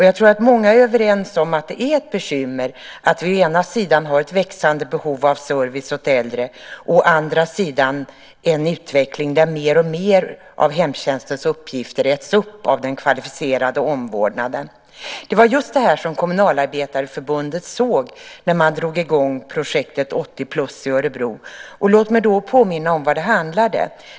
Jag tror att många är överens om att det är ett bekymmer att vi å ena sidan har ett växande behov av service åt äldre och å andra sidan har en utveckling där alltmer av hemtjänstens uppgifter äts upp av den kvalificerade omvårdnaden. Det var just det som Kommunalarbetareförbundet såg när man drog i gång projektet 80-plus i Örebro. Låt mig påminna om vad det handlade om.